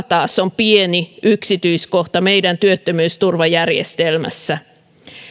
taas ovat pieni yksityiskohta meidän työttömyysturvajärjestelmässä